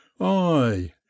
Aye